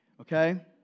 okay